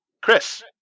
Chris